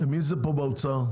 מי נמצא פה מהאוצר?